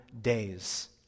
days